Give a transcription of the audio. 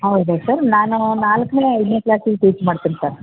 ಹೌದಾ ಸರ್ ನಾನು ನಾಲ್ಕನೇ ಐದನೇ ಕ್ಲಾಸಿಗೆ ಟೀಚ್ ಮಾಡ್ತೀನಿ ಸರ್